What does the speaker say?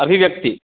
अभिव्यक्तिः